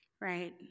Right